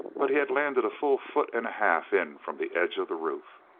but he had landed a full foot and a half in from the edge of the roof.